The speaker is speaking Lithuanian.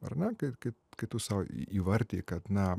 ar na kaip kaip kai tu sau įvardiji kad na